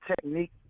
technique